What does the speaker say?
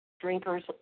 drinkers